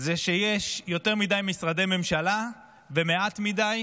זה שיש יותר מדי משרדי ממשלה ומעט מדי